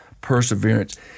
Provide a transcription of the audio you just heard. perseverance